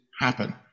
happen